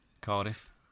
Cardiff